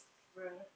bruh